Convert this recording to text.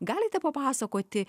galite papasakoti